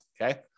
okay